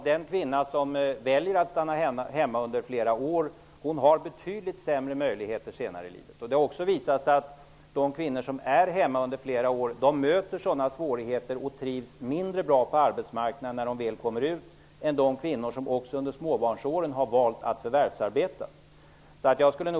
Den kvinna som väljer att stanna hemma flera år har betydligt sämre möjligheter senare i livet. Det har också visat sig att de kvinnor som är hemma flera år möter sådana svårigheter och trivs mindre bra på arbetsmarknaden när de väl kommer ut än de kvinnor som också under småbarnsåren har valt att förvärsarbeta.